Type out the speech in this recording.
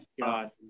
God